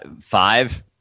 Five